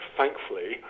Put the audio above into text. thankfully